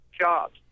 jobs